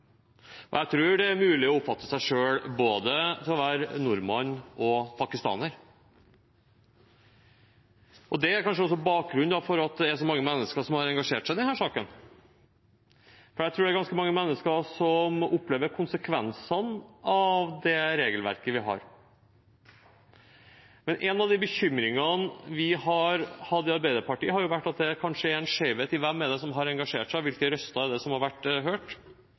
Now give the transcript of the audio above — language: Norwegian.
trønder. Jeg tror det er mulig å oppfatte seg selv som både nordmann og pakistaner. Det er kanskje bakgrunnen for at det er så mange mennesker som har engasjert seg i denne saken, for jeg tror det er ganske mange mennesker som opplever konsekvensene av det regelverket vi har. En av bekymringene vi har hatt i Arbeiderpartiet, har vært at det kanskje er en skjevhet med hensyn til hvem som har engasjert seg, og hvilke røster som har blitt hørt,